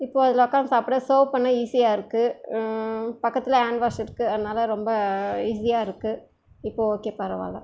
இப்போது அதில் உட்காந்து சாப்பிட சர்வ் பண்ண ஈஸியாக இருக்குது பக்கத்திலே ஹாண்ட் வாஷ் இருக்குது அதனால் ரொம்ப ஈஸியாக இருக்குது இப்போது ஓகே பரவாயில்ல